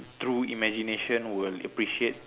through imagination will appreciate